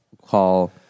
call